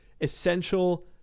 essential